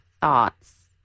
thoughts